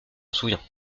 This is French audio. souviens